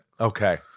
Okay